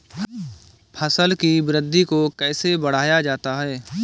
फसल की वृद्धि को कैसे बढ़ाया जाता हैं?